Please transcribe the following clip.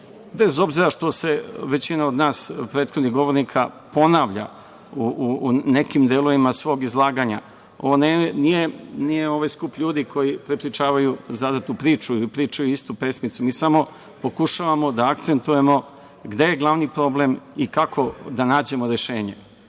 bez obzira što se većina od nas prethodnih govornika ponavlja u nekim delovima svog izlaganja nije skup ljudi koji prepričavaju zadatu priču ili pričaju istu pesmicu. Samo pokušavamo da akcentujemo gde je glavni problem i kako da nađemo rešenje. Uistinu